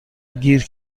گیر